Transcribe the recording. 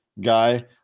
guy